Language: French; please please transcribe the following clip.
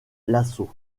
l’assaut